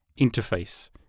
interface